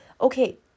Okay